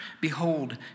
behold